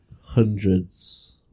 hundreds